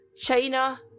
China